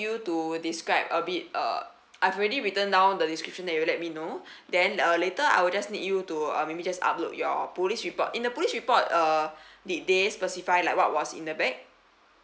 you to describe a bit uh I've already written down the description that you let me know then uh later I'll just need you to uh maybe just upload your police report in the police report uh did they specify like what was in the bag